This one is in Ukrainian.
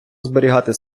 зберігати